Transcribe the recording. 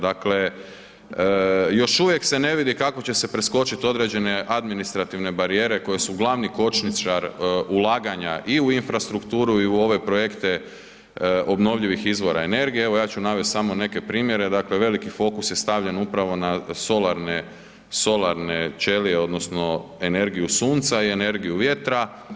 Dakle, još uvijek se ne vidi kako će se preskočiti određene administrativne barijere koje su glavni kočničar ulaganja i u infrastrukturu i u ove projekte obnovljivih izvora energije, evo ja ću navesti samo neke primjere, dakle veliki fokus je stavljen upravo na solarne ćelije odnosno energiju sunca i energiju vjetra.